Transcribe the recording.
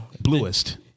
Bluest